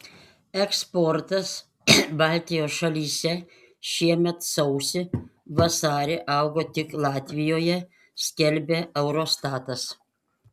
eksportas baltijos šalyse šiemet sausį vasarį augo tik latvijoje skelbia eurostatas